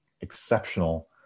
exceptional